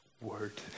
Word